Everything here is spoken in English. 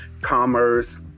commerce